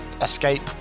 escape